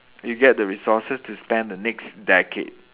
you get the resources to spend the next decade